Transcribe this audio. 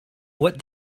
what